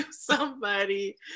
somebody-